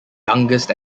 youngest